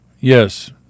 Yes